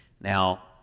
Now